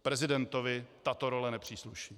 Prezidentovi tato role nepřísluší.